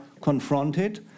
confronted